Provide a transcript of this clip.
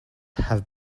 have